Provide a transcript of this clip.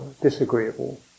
disagreeable